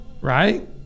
Right